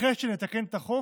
אחרי שנתקן את החוק,